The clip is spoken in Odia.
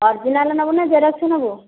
ଅର୍ଜିନାଲ୍ ନେବୁ ନା ଜେରକ୍ସ ନେବୁ